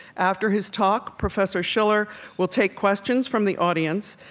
after his talk, professor shiller will take questions from the audience.